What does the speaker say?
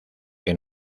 que